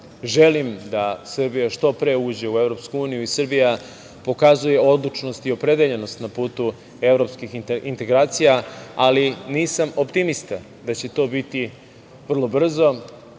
želim da Srbija što pre uđe u Evropsku uniju i Srbija pokazuje odlučnost i opredeljenost na putu evropskih integracija, ali nisam optimista da će to biti vrlo brzo